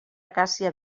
acàcia